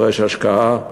דורש השקעה,